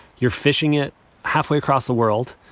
you're fishing it halfway across the world.